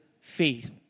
faith